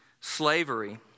slavery